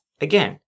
again